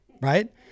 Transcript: Right